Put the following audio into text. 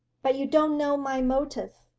but you don't know my motive.